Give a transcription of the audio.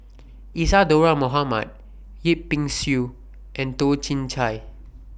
Isadhora Mohamed Yip Pin Xiu and Toh Chin Chye